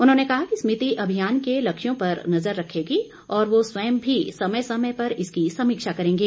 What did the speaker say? उन्होंने कहा कि समिति अभियान के लक्ष्यों पर नजर रखेगी और वह स्वयं भी समय समय पर इसकी समीक्षा करेंगे